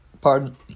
pardon